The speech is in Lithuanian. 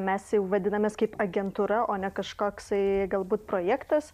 mes jau vadinamės kaip agentūra o ne kažkoksai galbūt projektas